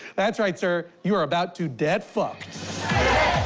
that's right, sir. you are about to debt fucked.